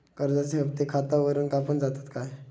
कर्जाचे हप्ते खातावरून कापून जातत काय?